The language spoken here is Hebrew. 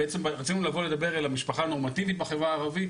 צריכים לבוא ולדבר אל המשפחה הנורמטיבית בחברה הערבית,